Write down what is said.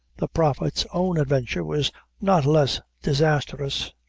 the prophet's own adventure was not less disastrous.